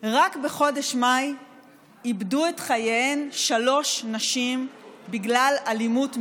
רק בחודש מאי איבדו את חייהן שלוש נשים בגלל אלימות מגדרית.